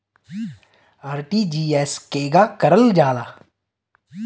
RTGS केगा करलऽ जाला?